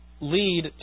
lead